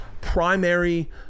primary